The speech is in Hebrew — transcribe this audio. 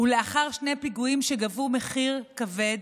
לאחר שני פיגועים שגבו מחיר כבד,